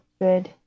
good